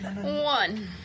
One